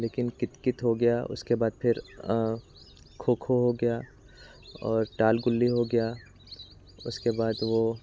लेकिन कितकित हो गया उसके बाद फिर खो खो हो गया और टालगुल्ली हो गया उसके बाद वो